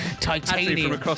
titanium